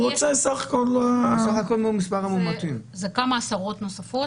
אלה כמה עשרות נוספות.